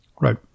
Right